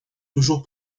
toujours